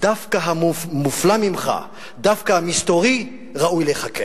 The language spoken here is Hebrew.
דווקא המופלא ממך, דווקא המסתורי, ראוי להיחקר.